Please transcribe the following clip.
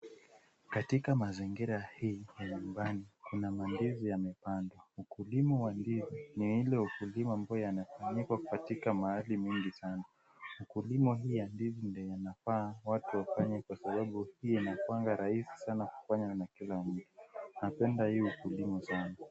Katika mazingira hii ya nyumbani kuna mandizi yamepandwa. Ukulima wa ndizi ni ile ukulima ambayo yanafanyika katika mahali mingi sana. Ukulima hii ya ndizi ndio inafaa watu wafanye kwa sababu hii inakuwanga rahisi kufanywa na kila mtu. Napenda hii ukulima sana.